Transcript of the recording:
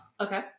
okay